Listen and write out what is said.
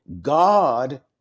God